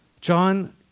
John